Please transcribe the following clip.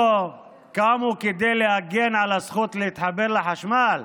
כדי להגן על הזכות להתחבר לחשמל,